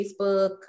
Facebook